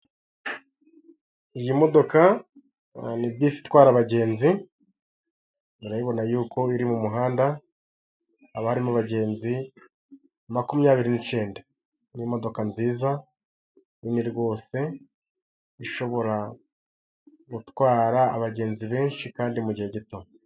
Iyi modoka ni bisi itwara abagenzi, urayibona yuko iri mu muhanda, iba irimo bagenzi makumyabiri n'icyenda, ni imodoka nziza nini rwose, ishobora gutwara abagenzi benshi kandi mugihe gito.